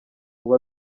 ubu